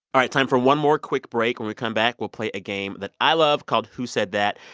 all right, time for one more quick break. when we come back, we'll play a game that i love called who said that,